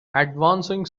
advancing